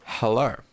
Hello